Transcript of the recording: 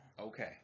Okay